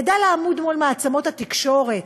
ידע לעמוד מול מעצמות התקשורת.